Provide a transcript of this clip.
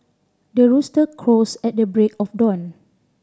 the rooster crows at the break of dawn